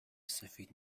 سفید